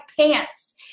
pants